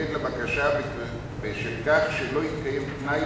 להתנגד לבקשה בשם כך שלא יתקיים תנאי